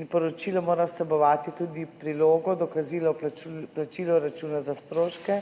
in poročilo mora vsebovati tudi prilogo, dokazilo o plačilu računa za stroške,